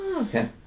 okay